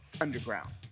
underground